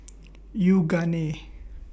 Yoogane